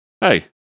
Hey